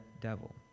devil